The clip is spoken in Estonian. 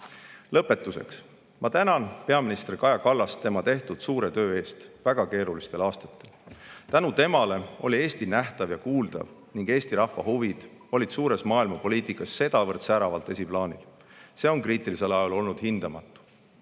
Lõpetuseks. Ma tänan peaminister Kaja Kallast tema tehtud suure töö eest väga keerulistel aastatel. Tänu temale oli Eesti nähtav ja kuuldav ning Eesti rahva huvid olid suures maailmapoliitikas sedavõrd säravalt esiplaanil. See on kriitilisel ajal olnud hindamatu.